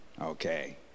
Okay